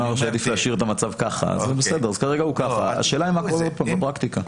השאלה מה קורה בפרקטיקה.